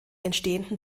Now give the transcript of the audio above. entstehenden